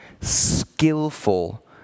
skillful